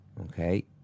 Okay